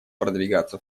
продвигаться